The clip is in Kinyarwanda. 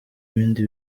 bindi